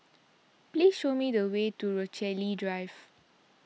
please show me the way to Rochalie Drive